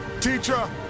Teacher